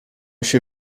się